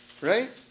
Right